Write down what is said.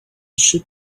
ship